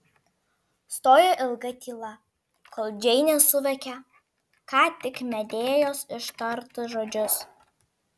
stojo ilga tyla kol džeinė suvokė ką tik medėjos ištartus žodžius